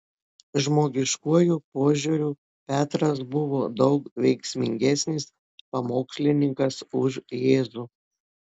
žmogiškuoju požiūriu petras buvo daug veiksmingesnis pamokslininkas už jėzų